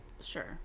Sure